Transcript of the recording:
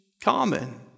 common